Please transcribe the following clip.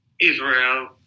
israel